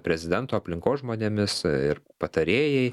prezidento aplinkos žmonėmis ir patarėjai